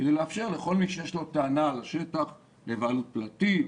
כדי לאפשר לכל מי שיש לו טענה על השטח לבעלות פרטית,